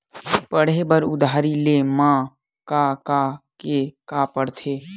पढ़े बर उधारी ले मा का का के का पढ़ते?